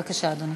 בבקשה, אדוני.